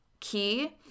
Key